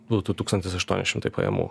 būtų tūkstantis aštuoni šimtai pajamų